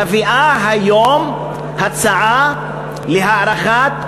מביאה היום הצעה להארכת,